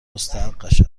مستحقش